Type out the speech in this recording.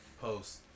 post